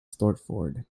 stortford